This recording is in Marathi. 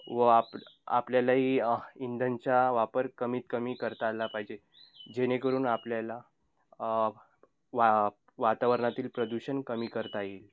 व आप आपल्यालाही इंधनाचा वापर कमीतकमी करता आला पाहिजे जेणेकरून आपल्याला वा वातावरणतील प्रदूषण कमी करता येईल